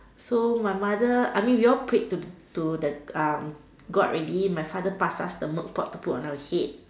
so my mother I mean we all prayed to to the um god already my father pass us the milk pot to put on our head